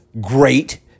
great